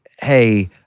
hey